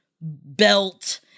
belt